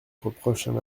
reprochent